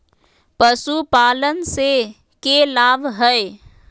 पशुपालन से के लाभ हय?